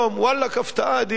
וואלכ, הפתעה אדירה.